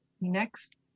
next